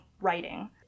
writing